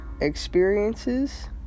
experiences